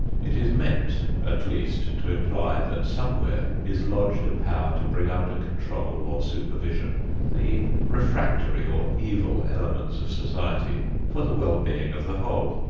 it is meant at least to imply that somewhere is lodged a power to bring under control or supervision the refractory or evil elements of society for the well being of the whole.